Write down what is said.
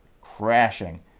crashing